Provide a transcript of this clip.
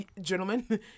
gentlemen